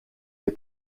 der